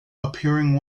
appearing